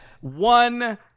one